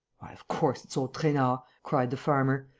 of course it's old trainard! cried the farmer.